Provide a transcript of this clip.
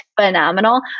phenomenal